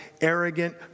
arrogant